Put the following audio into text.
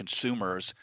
consumers